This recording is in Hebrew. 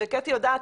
וקטי יודעת,